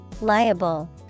Liable